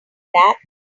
that